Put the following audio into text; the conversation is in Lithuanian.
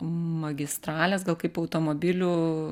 magistralės gal kaip automobilių